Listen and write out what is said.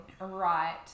right